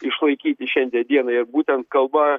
išlaikyti šiandien dienai būtent kalba